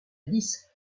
alice